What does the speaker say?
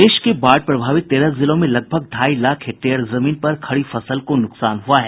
प्रदेश के बाढ़ प्रभावित तेरह जिलों में लगभग ढाई लाख हेक्टेयर जमीन पर खड़ी फसल को नुकसान हुआ है